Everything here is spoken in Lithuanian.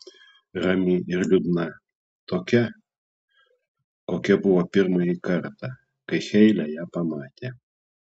rami ir liūdna tokia kokia buvo pirmąjį kartą kai heile ją pamatė